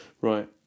Right